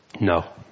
No